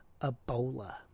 ebola